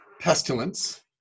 pestilence